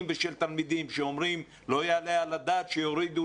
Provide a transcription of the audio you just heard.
ושל תלמידים שאומרים שלא יעלה על הדעת שיורידו